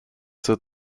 zur